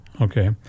Okay